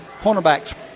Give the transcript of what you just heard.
Cornerbacks